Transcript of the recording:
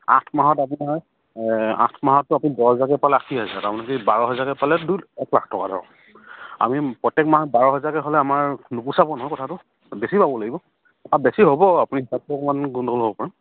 আঠ মাহত আপোনাৰ আঠ মাহত আপুনি দহ হাজৰকে পালে আশী হাজাৰ তাৰে বাৰ হাজাৰকে পালে দুই এক লাখ টকা ধৰক আমি প্ৰত্যেক মাহত বাৰ হাজাৰকে হ'লে আমাৰ নুপোচাব নহয় কথাটো বেছি পাব লাগিব বেছি হ'ব আপুনি